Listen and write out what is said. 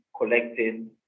collecting